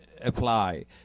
apply